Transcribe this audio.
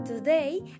Today